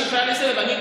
שיקרא לי זאב.